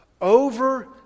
over